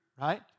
right